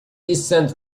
descend